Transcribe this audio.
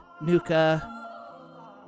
Nuka